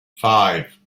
five